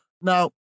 Now